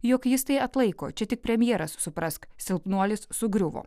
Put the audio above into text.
jog jis tai atlaiko čia tik premjeras suprask silpnuolis sugriuvo